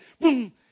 boom